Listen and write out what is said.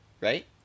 Right